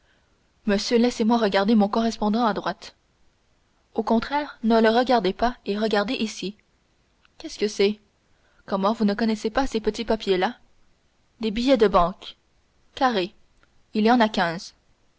monsieur laissez-moi regarder mon correspondant à droite au contraire ne le regardez pas et regardez ceci qu'est-ce que c'est comment vous ne connaissez pas ces petits papiers là des billets de banque carrés il y en a quinze